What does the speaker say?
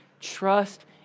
trust